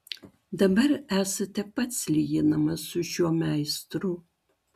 dabar esate pats lyginamas su šiuo meistru